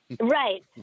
Right